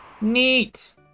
Neat